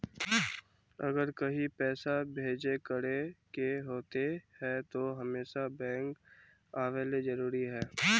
अगर कहीं पैसा भेजे करे के होते है तो हमेशा बैंक आबेले जरूरी है?